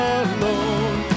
alone